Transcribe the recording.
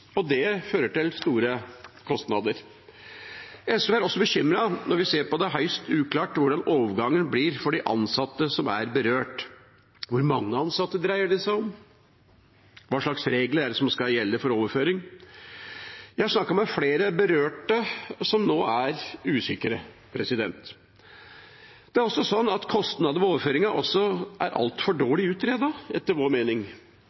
og det fører til store kostnader. SV er også bekymret når vi ser at det er høyst uklart hvordan overgangen blir for de ansatte som er berørt. Hvor mange ansatte dreier det seg om? Hva slags regler er det som skal gjelde for overføring? Jeg har snakket med flere berørte som nå er usikre. Også kostnader ved overføringen er